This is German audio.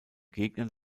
gegnern